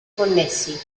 connessi